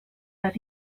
but